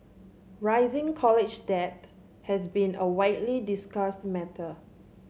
rising college debt has been a widely discussed matter